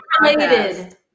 related